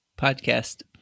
podcast